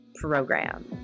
program